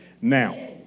Now